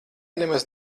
nemaz